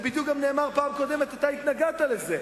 זה נאמר גם בפעם הקודמת ואתה התנגדת לזה.